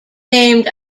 named